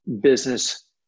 business